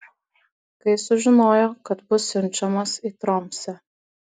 kai sužinojo kad bus siunčiamas į tromsę